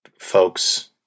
folks